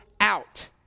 out